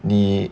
你